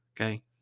Okay